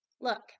Look